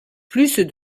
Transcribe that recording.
plus